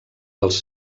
dels